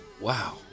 wow